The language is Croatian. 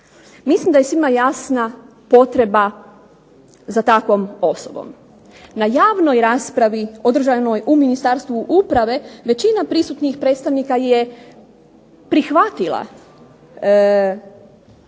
Mislim da je svima jasna potreba za takvom osobom. Na javnoj raspravi održanoj u Ministarstvu uprave većina prisutnih predstavnika je prihvatila, dakle